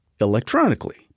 electronically